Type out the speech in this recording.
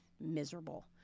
miserable